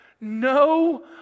No